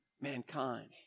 mankind